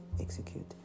execute